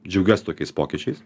džiaugiuosi tokiais pokyčiais